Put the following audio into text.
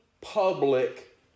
public